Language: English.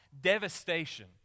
devastation